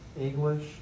English